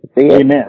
Amen